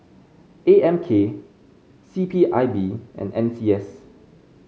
A M K C P I B and N C S